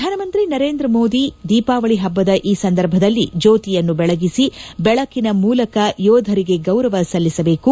ಪ್ರಧಾನ ಮಂತ್ರಿ ನರೇಂದ್ರ ಮೋದಿ ದೀಪಾವಳಿ ಹಬ್ಲದ ಈ ಸಂದರ್ಭದಲ್ಲಿ ಜ್ಣೋತಿಯನ್ನು ಬೆಳಗಿಸಿ ಬೆಳಕಿನ ಮೂಲಕ ಯೋಧರಿಗೆ ಗೌರವ ಸಲ್ಲಿಸಬೇಕು